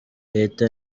leta